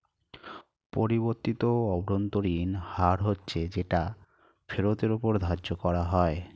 পরিবর্তিত অভ্যন্তরীণ হার হচ্ছে যেটা ফেরতের ওপর ধার্য করা হয়